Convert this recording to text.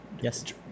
Yes